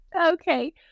Okay